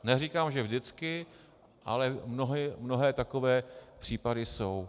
Neříkám, že vždycky, ale mnohé takové případy jsou.